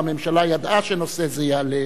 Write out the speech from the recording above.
והממשלה ידעה שנושא זה יעלה,